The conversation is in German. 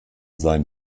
sein